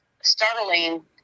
startling